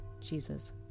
Jesus